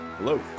Hello